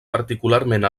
particularment